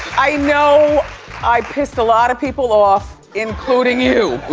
i know i pissed a lot of people off, including you.